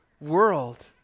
world